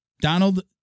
Donald